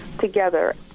together